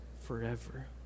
forever